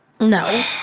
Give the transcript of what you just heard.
No